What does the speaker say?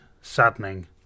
saddening